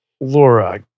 Laura